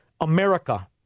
America